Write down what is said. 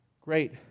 great